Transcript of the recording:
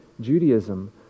Judaism